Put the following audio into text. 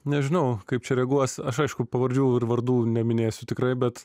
nežinau kaip čia reaguos aš aišku pavardžių ir vardų neminėsiu tikrai bet